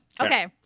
Okay